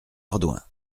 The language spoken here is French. ardouin